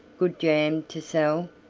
good jam to sell.